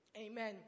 Amen